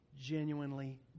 genuinely